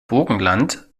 burgenland